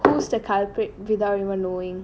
who's the culprit without even knowing